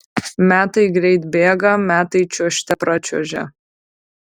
metai greit bėga metai čiuožte pračiuožia